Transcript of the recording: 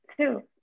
two